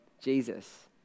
Jesus